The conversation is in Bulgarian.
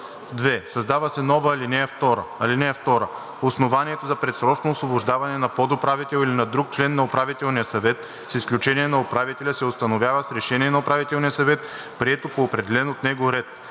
2. Създава се нова ал. 2: „(2) Основанието за предсрочно освобождаване на подуправител или на друг член на Управителния съвет с изключение на управителя се установява с решение на Управителния съвет, прието по определен от него ред.